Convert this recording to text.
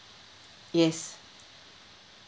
yes